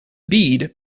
bead